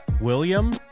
William